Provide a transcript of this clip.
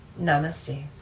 Namaste